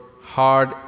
hard